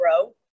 grow